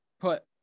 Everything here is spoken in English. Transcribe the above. Put